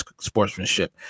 sportsmanship